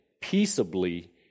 peaceably